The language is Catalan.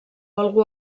algú